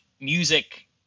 music